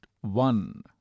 one